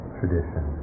tradition